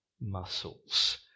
muscles